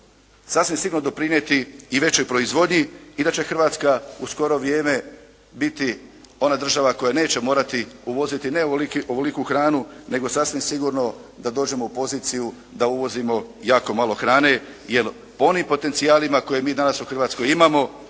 sasvim sigurno doprinijeti i većoj proizvodnji i da će Hrvatska u skoro vrijeme biti ona država koja neće morati uvoziti ovoliku hranu, nego sasvim sigurno da dođemo u poziciju da uvozimo jako malo hrane, jel' onim potencijalima koje mi danas u Hrvatskoj imamo,